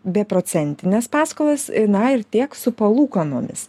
beprocentines paskolas e na ir tiek su palūkanomis